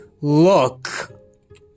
Look